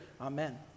Amen